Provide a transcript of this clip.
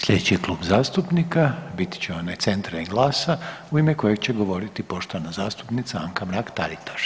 Sljedeći klub zastupnika bit će onaj Centra i GLAS-a u ime kojeg će govoriti poštovana zastupnica Anka Mrak Taritaš.